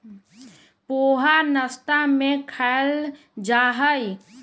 पोहा नाश्ता में खायल जाहई